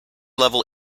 level